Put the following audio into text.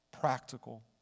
practical